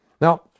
Now